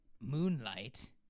moonlight